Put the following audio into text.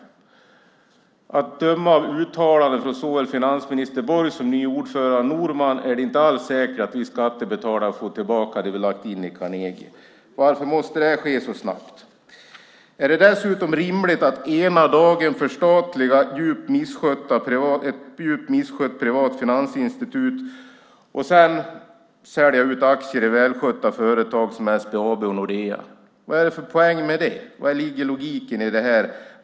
Man skriver också: Att döma av uttalanden från såväl finansminister Anders Borg som nye ordföranden Norman är det inte alls säkert att vi skattebetalare får tillbaka det vi har lagt in i Carnegie. Varför måste det här ske så snabbt? Är det dessutom rimligt att ena dagen förstatliga ett djupt misskött privat finansinstitut och sedan sälja ut aktier i välskötta företag som SBAB och Nordea? Vad är poängen? Var ligger logiken i detta?